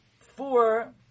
four